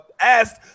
asked